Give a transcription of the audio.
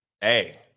Hey